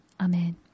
Amen